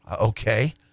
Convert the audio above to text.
okay